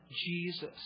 Jesus